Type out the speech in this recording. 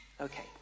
Okay